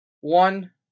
One